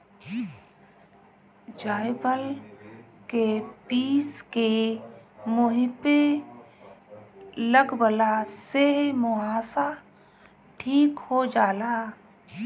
जायफल के पीस के मुह पे लगवला से मुहासा ठीक हो जाला